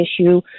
issue